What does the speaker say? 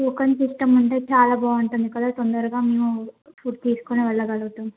token system ఉంటే చాలా బాగుంటుంది కదా తొందరగా మేము ఫుడ్ తీసుకుని వెళ్ళగలుగుతాం